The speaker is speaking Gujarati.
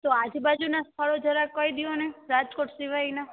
તો આજુબાજુનાં સ્થળો જરાક કહી દો ને રાજકોટ સિવાયનાં